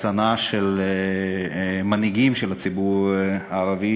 וההקצנה של מנהיגים של הציבור הערבי,